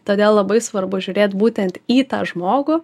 todėl labai svarbu žiūrėt būtent į tą žmogų